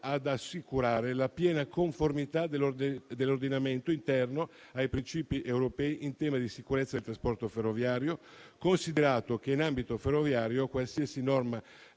ad assicurare la piena conformità dell'ordinamento interno ai principi europei in tema di sicurezza del trasporto ferroviario, considerato che in ambito ferroviario qualsiasi norma